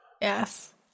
Yes